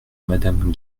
madame